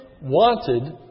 wanted